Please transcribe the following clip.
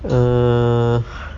err